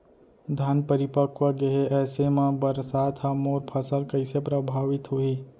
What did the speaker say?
धान परिपक्व गेहे ऐसे म बरसात ह मोर फसल कइसे प्रभावित होही?